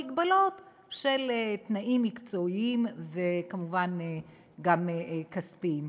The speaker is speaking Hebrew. במגבלות של תנאים מקצועיים וכמובן גם כספיים.